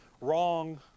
Wrong